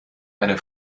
eine